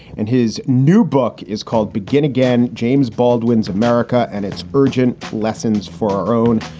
and his new book is called begin again james baldwin's america and its urgent lessons for our own.